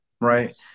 right